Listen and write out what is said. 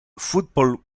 football